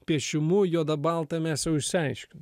piešimu juoda balta mes jau išsiaiškinom